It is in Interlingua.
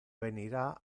venira